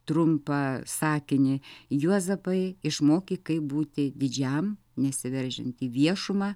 trumpą sakinį juozapai išmokyk kaip būti didžiam nesiveržiant į viešumą